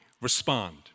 respond